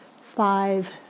five